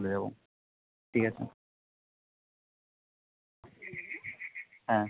চলে যাবো ঠিক আছে হ্যাঁ